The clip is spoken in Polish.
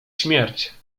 śmierć